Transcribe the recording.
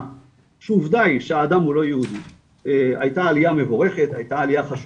שהאדם הוא לא יהודי הייתה עלייה מבורכת,